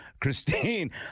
Christine